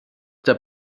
der